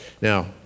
Now